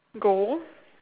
go